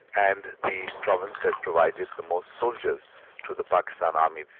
and the province that provided the most soldiers to the pakistan army.